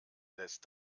lässt